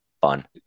fun